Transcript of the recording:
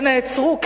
שנעצרו,